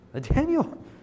Daniel